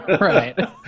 Right